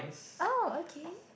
oh okay